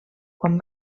quan